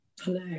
Hello